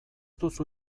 duzu